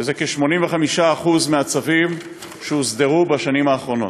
שזה כ־85% מהצווים שהוסדרו בשנים האחרונות.